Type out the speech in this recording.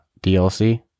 DLC